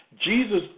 Jesus